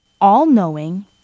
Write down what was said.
all-knowing